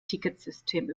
ticketsystem